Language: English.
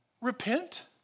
Repent